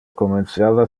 comenciava